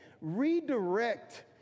redirect